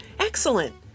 Excellent